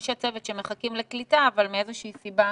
אנשי צוות שמחכים לקליטה אבל מאיזושהי סיבה